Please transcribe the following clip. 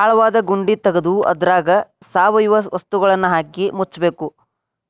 ಆಳವಾದ ಗುಂಡಿ ತಗದು ಅದ್ರಾಗ ಸಾವಯವ ವಸ್ತುಗಳನ್ನಹಾಕಿ ಮುಚ್ಚಬೇಕು,